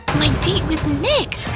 my date with nick!